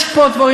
יש פה דברים.